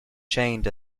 chained